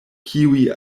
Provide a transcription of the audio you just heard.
kiuj